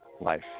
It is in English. life